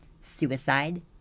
suicide